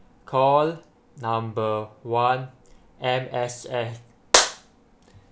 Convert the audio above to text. call number one M_S_F